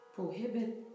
Prohibit